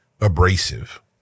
abrasive